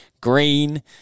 green